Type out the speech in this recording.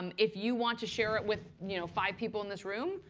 um if you want to share it with you know five people in this room,